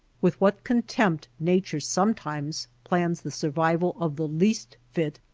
with what contempt nature sometimes plans the survival of the least fit,